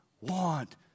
want